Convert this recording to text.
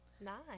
Nine